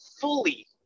fully